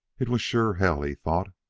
it was sure hell, he thought,